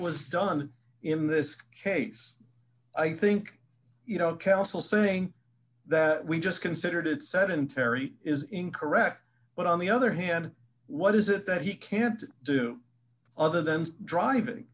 was done in this case i think you know counsel saying that we just considered it sedentary is incorrect but on the other hand what is it that he can't do other thems driving